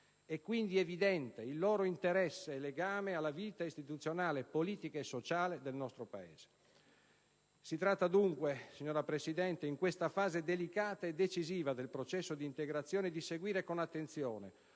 è quindi evidente il loro interesse e legame alla vita istituzionale, politica e sociale del nostro Paese. Si tratta, dunque, signora Presidente, in questa fase delicata e decisiva del processo di integrazione, di seguire con attenzione,